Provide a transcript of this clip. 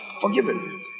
forgiven